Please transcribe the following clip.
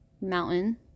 mountain